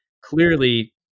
clearly